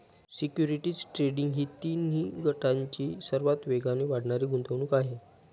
securities trading ही तिन्ही गटांची सर्वात वेगाने वाढणारी गुंतवणूक आहे